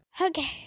Okay